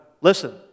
Listen